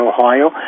Ohio